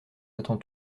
attend